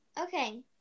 Okay